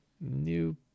New